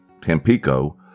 Tampico